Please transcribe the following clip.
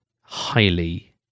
highly